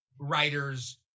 writers